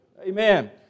Amen